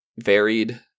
varied